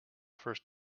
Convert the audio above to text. first